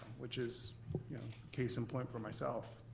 which is case in point for myself.